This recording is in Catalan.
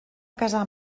casar